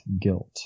guilt